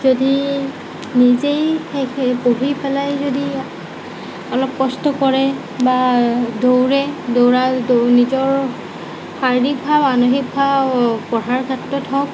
যদি নিজেই পঢ়ি পেলাই যদি অলপ কষ্ট কৰে বা দৌৰে দৌৰা নিজৰ শাৰীৰিকভাব মানসিকভাব পঢ়াৰ ক্ষেত্ৰত হওক